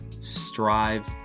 strive